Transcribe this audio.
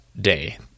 day